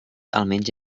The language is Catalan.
almenys